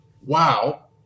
wow